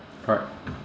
correct